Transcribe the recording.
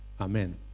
Amen